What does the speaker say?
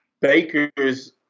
Baker's